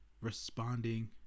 responding